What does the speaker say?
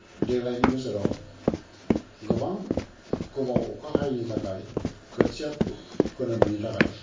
देग्लायनि बोसोराव गोबां गोबाव अखा हायैनि थाखाय खोथिया फोनो मोनि थाखाय